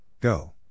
Go